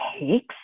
takes